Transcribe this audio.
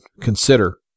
consider